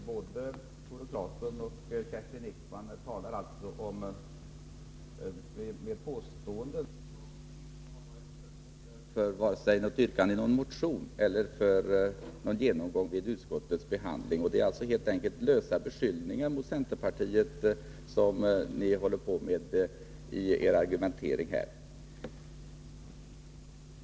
Fru talman! Både Tore Claeson och Kerstin Ekman kommer med påståenden om centerns inställning som inte grundar sig på vare sig yrkanden i någon motion eller inlägg i diskussionen vid utskottsbehandlingen. Det är alltså helt enkelt fråga om lösa beskyllningar mot centerpartiet.